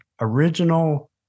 original